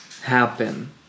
happen